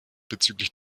bezüglich